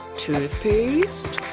toothpaste?